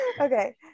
Okay